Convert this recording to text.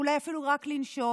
אולי אפילו רק לנשום.